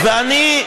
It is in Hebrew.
ואני,